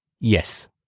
Yes